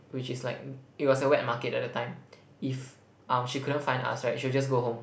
which is like it was a wet market at the time if um she couldn't find us right she'll just go home